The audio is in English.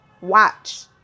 Watch